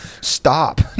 Stop